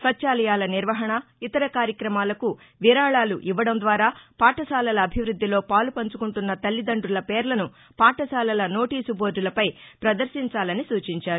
స్వచ్చాలయాల నిర్వహణ ఇతర కార్యక్రమాలకు విరాళాలు ఇవ్వడం ద్వారా పాఠశాలల అభివృద్దిలో పాలుపంచుకుంటున్న తల్లిదండుల పేర్లను పాఠశాలల నోటీసు బోర్దులపై ప్రదర్శించాలని సూచించారు